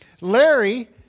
Larry